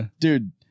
dude